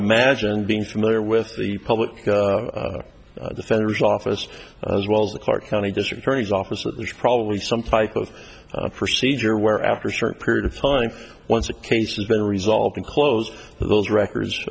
imagine being familiar with the public defender's office as well as the clark county district attorney's office that there's probably some type of procedure where after a short period of time once a case is been resolved and close those records